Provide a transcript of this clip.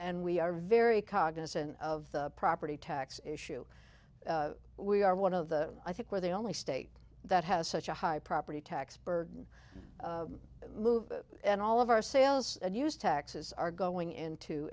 we are very cognizant of the property tax issue we are one of the i think we're the only state that has such a high property tax burden move and all of our sales and use taxes are going into